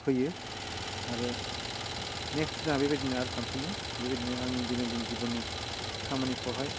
फैयो आरो नेक्स्त दिना बेबायदिनो आरो थांफिनो बेबायदिनो आंनि दिना दिन जिबननि खामानिफ्रावहाय